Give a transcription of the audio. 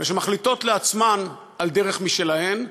ומחליטות לעצמן על דרך משלהן,